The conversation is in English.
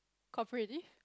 cough already